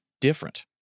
different